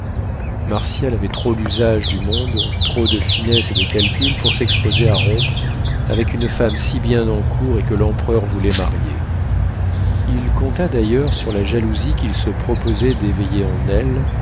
martial avait trop l'usage du monde trop de finesse et de calcul pour s'exposer à rompre avec une femme si bien en cour et que l'empereur voulait marier il compta d'ailleurs sur la jalousie qu'il se proposait d'éveiller en elle